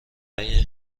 این